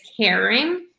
caring